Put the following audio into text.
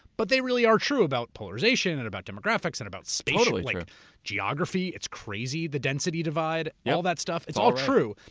but they really are true about polarization and about demographics and about spacial geography. it's crazy. the density divide, yeah all that stuff. it's all true.